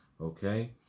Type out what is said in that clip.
Okay